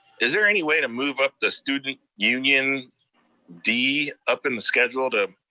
is there any way to move up the student union d up in the schedule to?